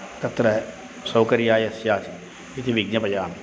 तत्र सौकर्याय स्यात् इति विज्ञापयामि